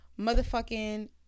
motherfucking